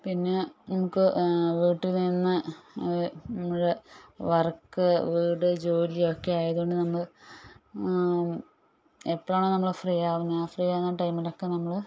പിന്നെ നമുക്ക് വീട്ടില് തന്നെ ഇവിടെ വർക്ക് വീട് ജോലി ഒക്കെയായത് കൊണ്ട് നമുക്ക് എപ്പഴാണ് നമ്മള് ഫ്രീ ആകുന്നത് ആ ഫ്രീ ആകുന്ന ടൈമിലൊക്കെ നമ്മള്